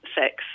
sex